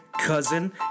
cousin